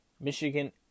Michigan